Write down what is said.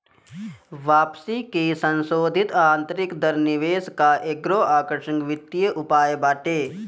वापसी के संसोधित आतंरिक दर निवेश कअ एगो आकर्षक वित्तीय उपाय बाटे